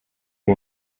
die